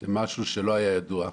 זה משהו שלא היה ידוע.